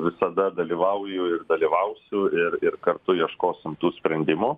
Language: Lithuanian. visada dalyvauju ir dalyvausiu ir ir kartu ieškosim tų sprendimų